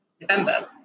November